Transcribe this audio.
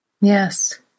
Yes